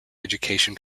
education